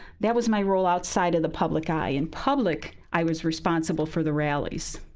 that was my role outside of the public eye. in public, i was responsible for the rallies.